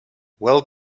well